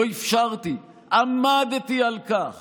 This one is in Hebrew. לא אפשרתי, עמדתי על כך